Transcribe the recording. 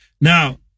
Now